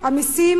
המסים